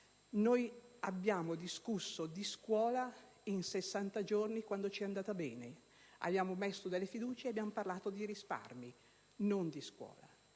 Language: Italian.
Abbiamo discusso di scuola in 60 giorni, quando ci è andata bene. Il Governo ha posto delle fiducie e abbiamo parlato di risparmio, non di scuola.